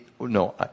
No